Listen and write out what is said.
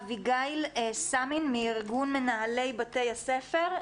אביגיל סאמין מארגון מנהלי בתי הספר.